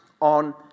on